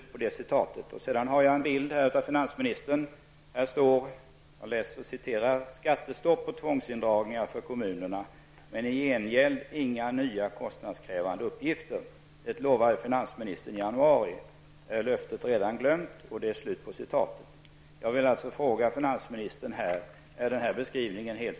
Under en bild av finansministern står vidare: ''Skattestopp och tvångsindragningar för kommunerna, men i gengäld inga nya kostnadskrävande uppgifter. Det lovade finansministern i januari. Är löftet redan glömt?''